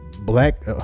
black